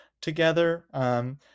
together